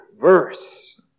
verse